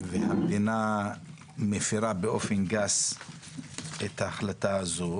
והמדינה מפרה באופן גס את ההחלטה הזו,